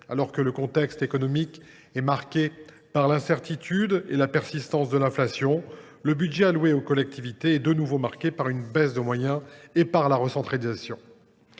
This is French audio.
Alors que le contexte économique est marqué par l’incertitude et la persistance de l’inflation, le budget alloué aux collectivités locales est de nouveau marqué par une baisse de moyens et une recentralisation.